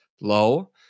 low